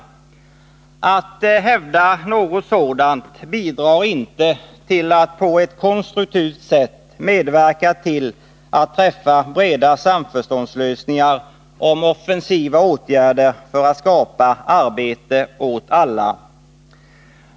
Genom att hävda något sådant bidrar man inte på ett konstruktivt sätt till breda samförståndslösningar om offensiva åtgärder för att skapa arbete åt alla.